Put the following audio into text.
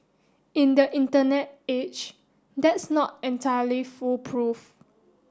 in the internet age that's not entirely foolproof